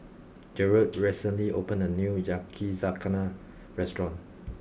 Jerod recently opened a new Yakizakana restaurant